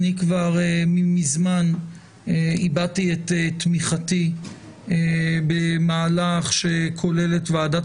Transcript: אני כבר מזמן הבעתי את תמיכתי במהלך שכולל את ועדת